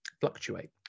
fluctuate